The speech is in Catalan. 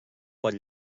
pot